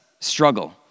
struggle